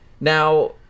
Now